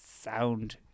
sound